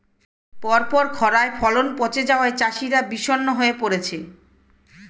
পরপর খড়ায় ফলন পচে যাওয়ায় চাষিরা বিষণ্ণ হয়ে পরেছে